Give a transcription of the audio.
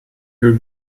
her